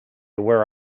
where